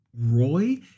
Roy